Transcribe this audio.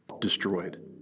destroyed